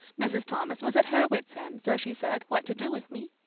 mrs. thomas was at her wits' end, so she said, what to do with me.